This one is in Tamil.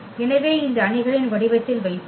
எனவே இந்த அணிகளின் வடிவத்தில் வைப்போம்